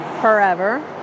forever